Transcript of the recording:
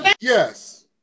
Yes